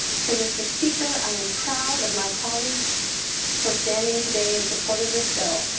so mr. speaker, i am proud of my colleagues for standing today in support of this bill,